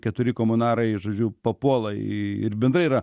keturi komunarai žodžiu papuola į ir bendrai yra